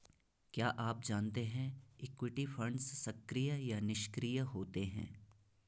क्या आप जानते है इक्विटी फंड्स सक्रिय या निष्क्रिय होते हैं?